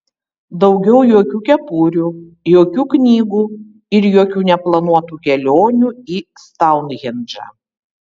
daugiau jokių kepurių jokių knygų ir jokių neplanuotų kelionių į stounhendžą